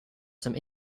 some